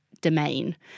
Domain